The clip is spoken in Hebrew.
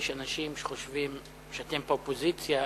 יש אנשים שחושבים שאתם באופוזיציה,